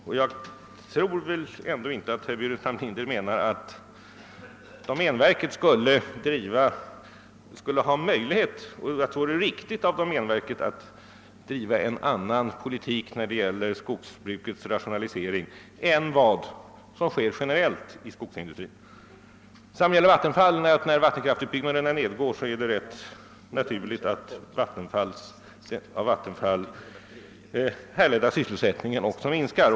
Och jag tror väl inte att herr Burenstam Linder menar att det vore riktigt av domänverket att driva en annan politik när det gäller skogsbrukets rationalisering än den som generellt drivs i skogsindustrin. Detsamma gäller Vattenfall. När vattenkraftutbyggnadsarbetena nedgår är det ganska naturligt att sysselsättningen i Vattenfall också minskar.